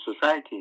society